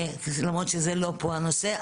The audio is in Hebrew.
למרות שזה לא פה הנושא,